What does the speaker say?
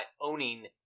owning